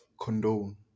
condone